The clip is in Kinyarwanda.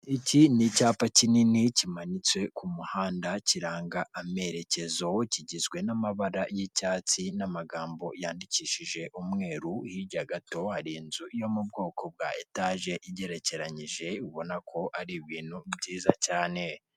Iki ni icyapa kinini kimanitse ku muhanda kiranga amerekezo, kigizwe n'amabara y'icyatsi n'amagambo yandikishije umweru, hirya gato hari inzu yo mu bwoko bwa etaje igerekeranyije, ubona ko ari ibintu byiza cyane.